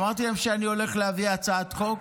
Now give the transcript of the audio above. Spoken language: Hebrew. אמרתי להם שאני הולך להביא הצעת חוק,